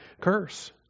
curse